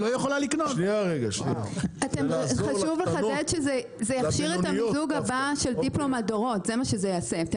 כי בסופו של דבר אחרי המחאה נכון דיפלומט עשה קצת שינוי,